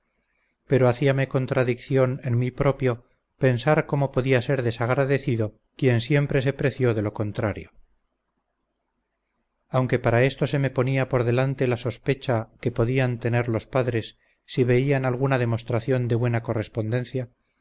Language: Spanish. pero hacíame contradicción en mi propio pensar cómo podía ser desagradecido quien siempre se preció de lo contrario aunque para esto se me ponía por delante la sospecha que podían tener los padres si vían alguna demostración de buena correspondencia